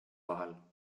vahel